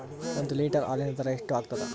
ಒಂದ್ ಲೀಟರ್ ಹಾಲಿನ ದರ ಎಷ್ಟ್ ಆಗತದ?